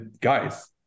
guys